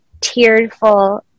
tearful